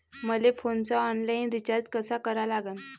मले फोनचा online recharge कसा करा लागन?